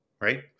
right